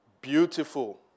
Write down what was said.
Beautiful